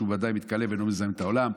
שהוא ודאי מתכלה ואינו מזהם את העולם.